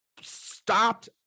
stopped